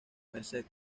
merced